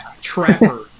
Trapper